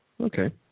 Okay